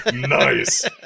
nice